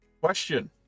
Question